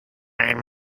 ein